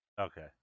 Okay